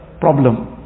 problem